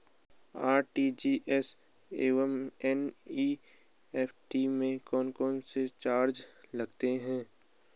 RTGS एवं NEFT में कौन कौनसे चार्ज लगते हैं?